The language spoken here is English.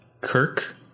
Kirk